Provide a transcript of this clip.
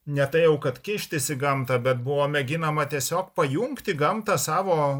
ne tai jau kad kištis į gamtą bet buvo mėginama tiesiog pajungti gamtą savo